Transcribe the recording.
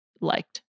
liked